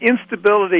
Instability